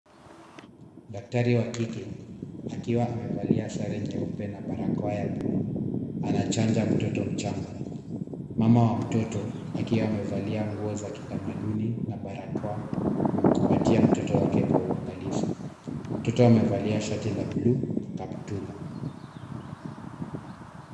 Daktari wa kike akiwa amevalia sare nyeupe na barakoa ya bluu anachanja mtoto mchanga, mama wa mtoto akiwa amevalia nguo za kitamaduni na barakoa, amemkumbatia mtoto wake kwa uangalifu, mtoto amevalia shati la bluu na kaptula.